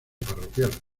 parroquial